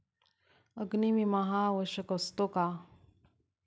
अग्नी विमा हा आवश्यक असतो का?